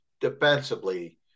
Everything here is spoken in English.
defensively